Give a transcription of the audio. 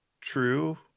true